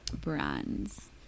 brands